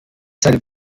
seinem